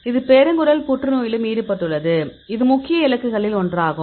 இது பெருங்குடல் புற்றுநோயிலும் ஈடுபட்டுள்ளது இது முக்கிய இலக்குகளில் ஒன்றாகும்